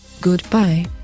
Goodbye